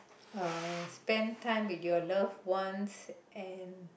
uh spend time with your loved ones and